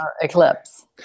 eclipse